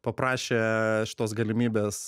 paprašė šitos galimybės